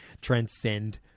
transcend